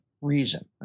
reason